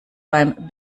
beim